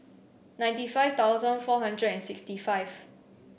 ninety five thousand four hundred and sixty five